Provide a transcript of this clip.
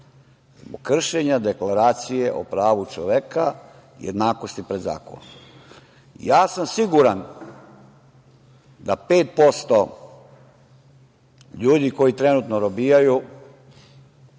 kršenja Deklaracije o pravu čoveka, jednakosti pred zakonom. Ja sam siguran da 5% ljudi koji trenutno robijaju,